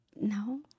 No